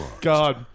God